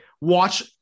watch